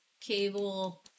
cable